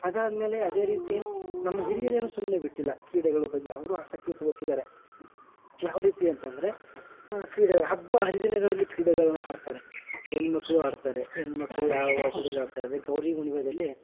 ಅದಾದ್ಮೇಲೆ ಅದೇ ರೀತಿ ನಮ್ಮ ಹಿರಿಯರೇನು ಸುಮ್ಮನೆ ಬಿಟ್ಟಿಲ್ಲ ಕ್ರೀಡೆಗಳು ಬಗ್ಗೆ ಅವರು ಆಸಕ್ತಿ ತೋರ್ಸಿದಾರೆ ಯಾವ್ರೀತಿ ಅಂತಂದರೆ ಕ್ರೀಡೆಗಳು ಹಬ್ಬ ಹರಿದಿನಗಳಲ್ಲಿ ಕ್ರೀಡೆಗಳನ್ನ ಆಡ್ತರೆ ಹೆಣ್ಮಕ್ಕಳು ಆಡ್ತರೆ ಹೆಣ್ಮಕ್ಳು ಯಾವ ಹಬ್ಬದಲ್ಲಿ ಆಡ್ತಾರಂದ್ರೆ ಗೌರಿ ಹುಣ್ಣಿಮೆಯಲ್ಲಿ